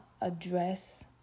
address